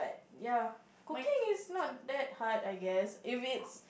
ya cooking is not that hard I guess if it's